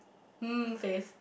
um face